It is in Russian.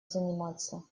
заниматься